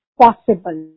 possible